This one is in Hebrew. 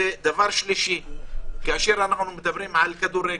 ודבר שלישי - כשמדברים על כדורגל,